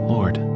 Lord